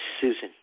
Susan